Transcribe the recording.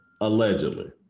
allegedly